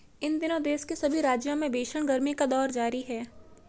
इन दिनों देश के सभी राज्यों में भीषण गर्मी का दौर जारी है